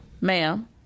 ma'am